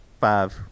five